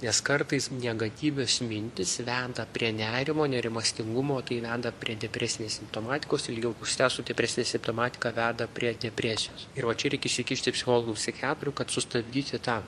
nes kartais negatyvios mintys veda prie nerimo nerimastingumo o tai veda prie depresinės simptomatikos ilgiau užsitęsusi depresinė simptomatika veda prie depresijos ir va čia reik įsikišti psichologui psichiatrui kad sustabdyti tą